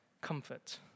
Comfort